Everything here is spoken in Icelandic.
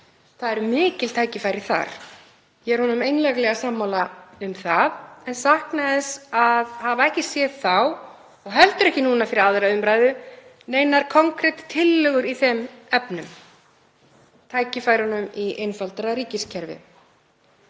Það eru mikil tækifæri þar. Ég er honum einlæglega sammála um það. En ég saknaði þess að hafa ekki séð þá, og heldur ekki núna fyrir 2. umr., neinar konkret tillögur í þeim efnum, um tækifærin í einfaldara ríkiskerfi.